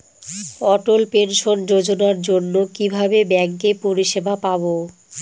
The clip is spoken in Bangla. অটল পেনশন যোজনার জন্য কিভাবে ব্যাঙ্কে পরিষেবা পাবো?